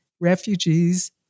Refugees